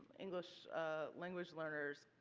english language learners.